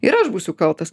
ir aš būsiu kaltas